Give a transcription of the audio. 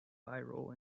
viral